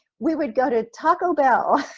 we would go to taco bell,